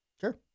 Sure